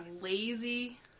lazy